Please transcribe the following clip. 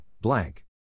blank